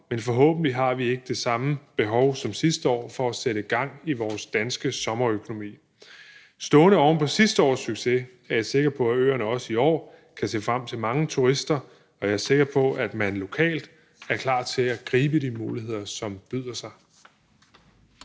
men forhåbentlig har vi ikke det samme behov som sidste år for at sætte gang i vores danske sommerøkonomi. Stående oven på sidste års succes er jeg sikker på at øerne også i år kan se frem til mange turister, og jeg er sikker på, at man lokalt er klar til at gribe de muligheder, som byder sig.